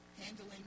handling